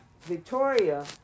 Victoria